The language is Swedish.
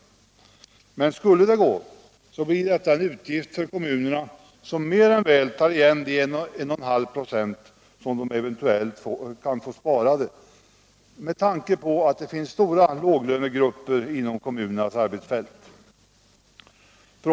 Men om det skulle = gå så, blir detta en utgift för kommunerna, som mer än väl tar igen = Sänkning av den de 1,5 926 som de eventuellt kan få sparade med tanke på att det finns statliga inkomststora låglönegrupper inom kommunernas arbetsfält. skatten, m.m.